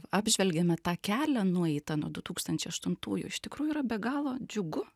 apžvelgiame tą kelią nueitą nuo du tūkstančiai aštuntųjų iš tikrųjų yra be galo džiugu